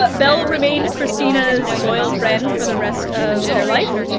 but belle remained kristina's loyal friend for the rest of their life,